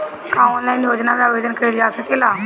का ऑनलाइन योजना में आवेदन कईल जा सकेला?